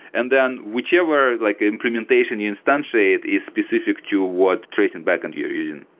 and then whichever like implementation you instantiate is specific to what tracing backend you're using.